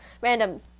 random